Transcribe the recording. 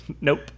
nope